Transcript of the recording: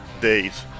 days